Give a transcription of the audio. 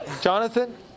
Jonathan